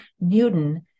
newton